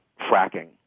fracking